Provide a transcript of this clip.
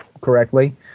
correctly